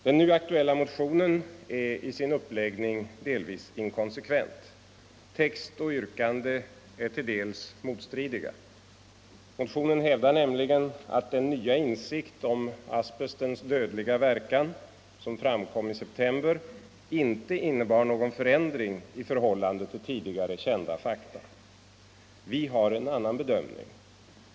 Den nu aktuella motionen är i sin uppläggning delvis inkonsekvent. Text och yrkande är till dels motstridiga. I motionen hävdas nämligen, att den nya insikt om asbestens dödliga verkan som framkom i september inte innebar någon förändring i förhållande till tidigare kända fakta. Vi har en annan bedömning.